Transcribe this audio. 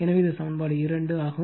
எனவே இது சமன்பாடு 2 ஆகும்